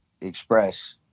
express